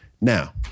Now